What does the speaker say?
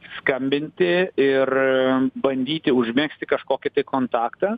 skambinti ir bandyti užmegzti kažkokį tai kontaktą